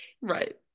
Right